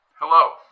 Hello